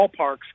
ballparks